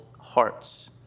hearts